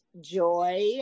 joy